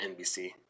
NBC